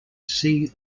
see